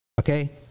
Okay